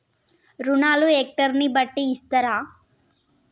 రుణాలు హెక్టర్ ని బట్టి ఇస్తారా?